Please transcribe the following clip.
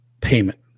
payment